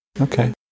okay